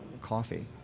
coffee